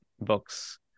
books